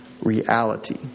Reality